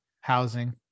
Housing